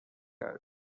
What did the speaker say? کردیم